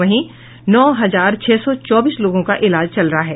वहीं नौ हजार छह सौ चौबीस लोगों का इलाज चल रहा है